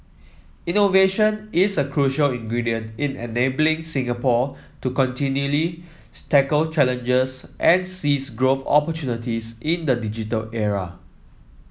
innovation is a crucial ingredient in enabling Singapore to continually tackle challenges and seize growth opportunities in the digital era